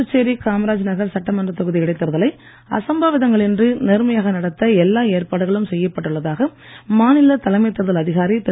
புதுச்சேரி காமராஜ் நகர் சட்டமன்றத் தொகுதி இடைத்தேர்தலை அசம்பாவிதங்கள் இன்றி நேர்மையாக நடத்த எல்லா ஏற்பாடுகளும் செய்யப்பட்டுள்ளதாக மாநில தலைமைத் தேர்தல் அதிகாரி திரு